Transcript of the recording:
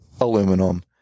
aluminum